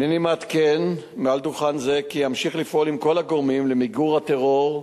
הנני מעדכן מעל דוכן זה כי אמשיך לפעול עם כל הגורמים למיגור הטרור,